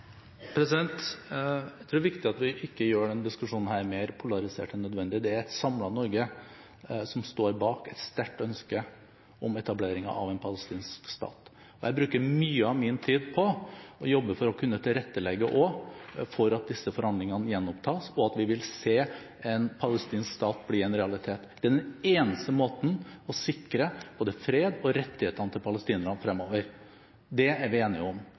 Jeg tror det er viktig at vi ikke gjør denne diskusjonen mer polarisert enn nødvendig. Det er et samlet Norge som står bak et sterkt ønske om etableringen av en palestinsk stat. Jeg bruker mye av min tid på å jobbe for å kunne tilrettelegge også for at disse forhandlingene gjenopptas, og at vi vil se en palestinsk stat bli en realitet. Det er den eneste måten å sikre både fred og rettighetene til palestinerne på fremover. Det er vi enige om.